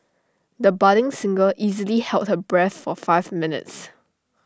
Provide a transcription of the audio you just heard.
the budding singer easily held her breath for five minutes